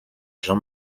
jean